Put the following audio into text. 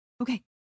Okay